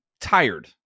tired